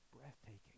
breathtaking